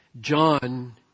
John